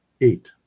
Eight